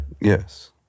Yes